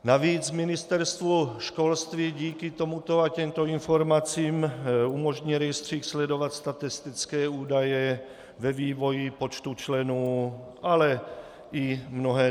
Navíc Ministerstvu školství díky tomuto a těmto informacím umožní rejstřík sledovat statistické údaje ve vývoji počtu členů, ale i mnohé další.